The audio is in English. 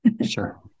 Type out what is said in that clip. Sure